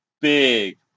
Big